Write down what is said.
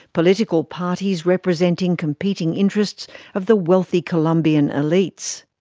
political parties representing competing interests of the wealthy colombian elites.